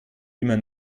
immer